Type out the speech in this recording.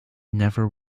never